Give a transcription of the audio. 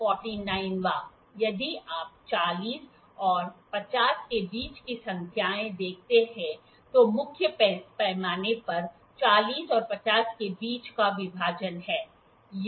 ४९ वें यदि आप ४० और ५० के बीच की संख्याएँ देखते हैं तो मुख्य पैमाने पर ४० और ५० के बीच का विभाजन हैं